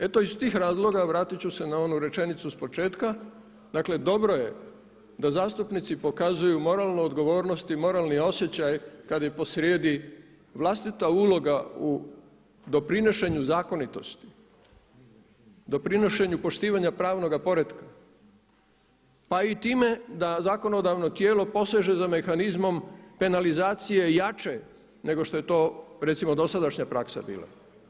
Eto iz tih razloga vratit ću se na onu rečenicu s početka, dakle dobro je da zastupnici pokazuju moralnu odgovornost i moralni osjećaj kada je posrijedi vlastita uloga u doprinošenju zakonitosti, doprinošenju poštivanja pravnoga poretka, pa i time da zakonodavno tijelo poseže za mehanizmom penalizacije jače nego što je to recimo dosadašnja praksa bila.